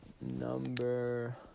number